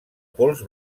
pols